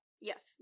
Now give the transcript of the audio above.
yes